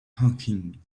hanging